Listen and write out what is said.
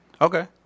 Okay